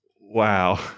Wow